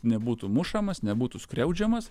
nebūtų mušamas nebūtų skriaudžiamas